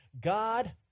God